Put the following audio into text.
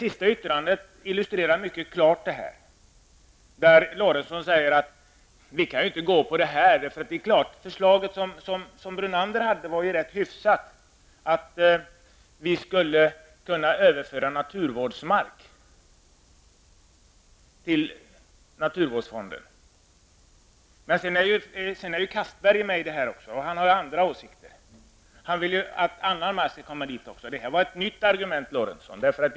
Detta illustreras mycket klart av det som Sven Eric Lorentzon sade i slutet av sitt anförande om att mitt förslag om att överföra naturvårdsmark till naturvårdsfonden visserligen är rätt hyfsat, men att det kan inte stödjas av moderaterna. Dessutom finns Anders Castberger med i det hela, och han har andra åsikter. Han vill att även annan mark skall föras över till naturvårdsfonden. Detta var ett nytt argument.